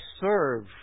serve